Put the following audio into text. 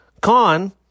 Con